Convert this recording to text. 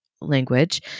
language